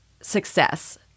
success